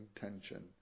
tension